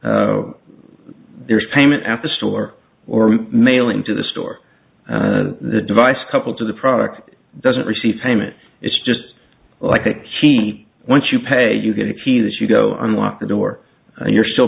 there's payment at the store or mailing to the store the device coupled to the product doesn't receive payment it's just like he once you pay you get a key that you go on lock the door and you're still